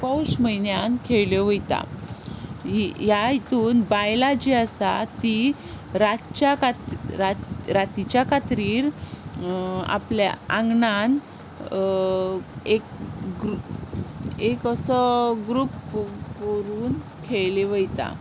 posh म्हयन्यांत खेळिल्लो वता ही ह्या हातूंत बायलां जीं आसात तीं रातच्या कात रात रातीच्या कात्रीर आपल्या आंगणांत एक ग्रू एक असो ग्रूप क करून खेळिल्ले वता